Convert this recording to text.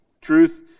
Truth